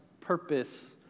purpose